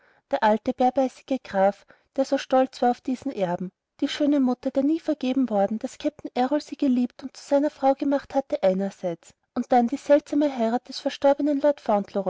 der alte bärbeißige graf der so stolz war auf diesen erben die schöne mutter der nie vergeben worden daß kapitän errol sie geliebt und zu seiner frau gemacht hatte einerseits und dann die seltsame heirat des verstorbenen